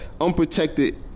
unprotected